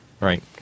right